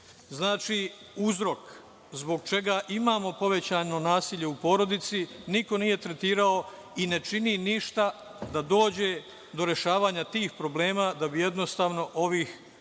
Znači, uzrok zbog čega imamo povećano nasilje u porodici niko nije tretirao i ne čini ništa da dođe do rešavanja tih problema da bi jednostavno ovih drugih